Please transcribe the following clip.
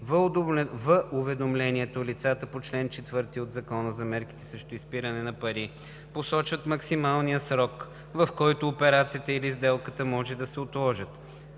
В уведомлението лицата по чл. 4 от Закона за мерките срещу изпирането на пари посочват максималния срок, в който операцията или сделката може да се отложат.